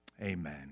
Amen